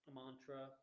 mantra